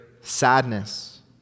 sadness